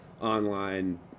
online